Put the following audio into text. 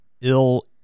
ill